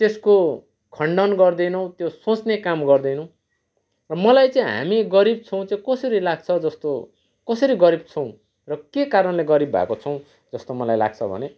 त्यसको खण्डन गर्दैनौँ त्यो सोच्ने काम गर्दैनौँ मलाई चाहिँ हामी गरिब छौँ चाहिँ कसरी लाग्छ जस्तो कसरी गरिब छौँ र के कारणले गरिब भएको छौँ जस्तो मलाई लाग्छ भने